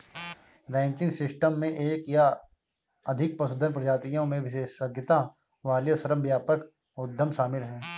ranching system में एक या अधिक पशुधन प्रजातियों में विशेषज्ञता वाले श्रम व्यापक उद्यम शामिल हैं